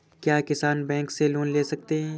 क्या किसान बैंक से लोन ले सकते हैं?